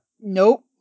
Nope